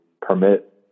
permit